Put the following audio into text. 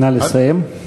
נא לסיים.